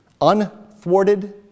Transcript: Unthwarted